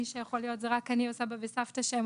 מי שיכול להיות זה רק אני או סבא וסבתא שהם